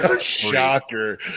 shocker